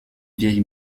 vieille